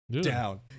Down